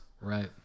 Right